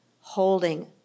holding